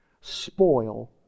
spoil